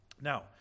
Now